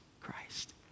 Christ